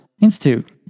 Institute